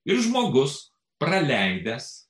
ir žmogus praleidęs